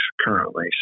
currently